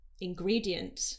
ingredient